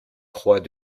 croix